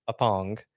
Apong